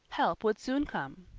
help would soon come,